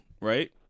right